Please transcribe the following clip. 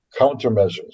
countermeasures